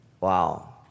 Wow